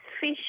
fish